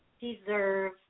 deserve